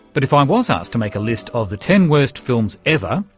but if ah i was asked to make a list of the ten worst films ever,